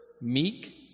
Meek